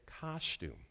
costume